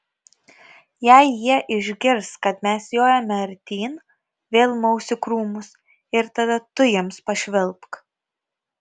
jei jie išgirs kad mes jojame artyn vėl maus į krūmus ir tada tu jiems pašvilpk